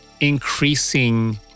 increasing